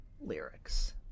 Lyrics